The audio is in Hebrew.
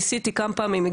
ניסיתי כמה פעמים,